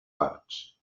parts